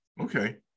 okay